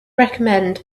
recommend